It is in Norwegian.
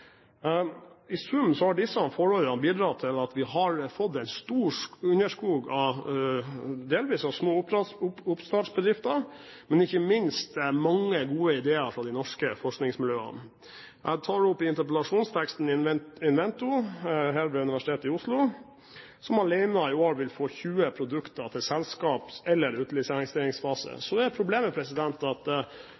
I sum har disse forholdene bidratt til at vi har fått en stor underskog av delvis små oppstartsbedrifter, men ikke minst mange gode ideer fra de norske forskningsmiljøene. Jeg tar i interpellasjonsteksten min opp Inven2, eid av Universitetet i Oslo, som alene i år vil få 20 produkter til selskaps- eller